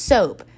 Soap